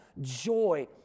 joy